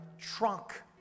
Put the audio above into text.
trunk